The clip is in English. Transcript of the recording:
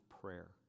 prayer